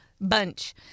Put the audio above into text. Bunch